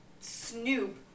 snoop